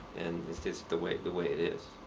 and it's just the way the way it is.